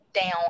down